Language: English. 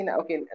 okay